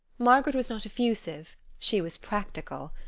margaret was not effusive she was practical.